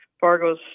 Fargo's